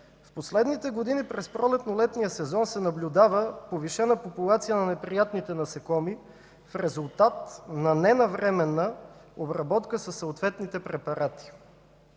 В последните години през пролетно-летния сезон се наблюдава повишена популация на неприятните насекоми в резултат на ненавременна обработка със съответните препарати.